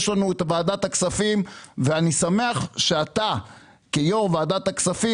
יש לנו את ועדת הכספים ואני שמח שאתה כיו"ר ועדת הכספים,